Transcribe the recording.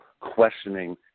questioning